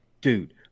dude